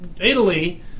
Italy